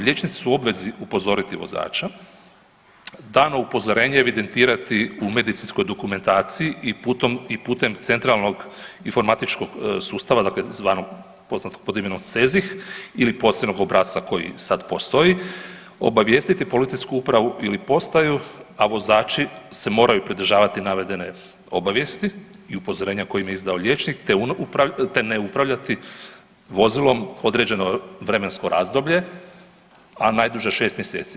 Liječnici su u obvezi upozoriti vozača, dano upozorenje evidentirati u medicinskoj dokumentaciji i putem centralnog informatičkog sustava, dakle poznatog pod imenom CEZIH ili posebnog obrasca koji sad postoji obavijestiti policijsku upravu ili postaju, a vozači se moraju pridržavati navedene obavijesti i upozorenja koje im je izdao liječnik, te ne upravljati vozilom određeno vremensko razdoblje a najduže šest mjeseci.